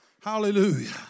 Hallelujah